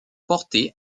porté